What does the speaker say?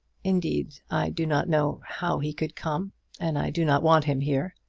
indeed, i do not know how he could come and i do not want him here.